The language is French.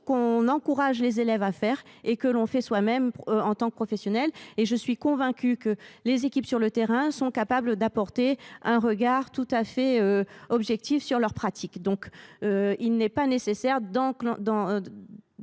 : on encourage les élèves à la faire et on la fait soi même en tant que professionnel. Je suis convaincue que les équipes sur le terrain sont capables d’apporter un regard tout à fait objectif sur leurs pratiques. Il n’est donc pas nécessaire d’engager